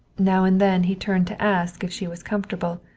now and then he turned to ask if she was comfortable,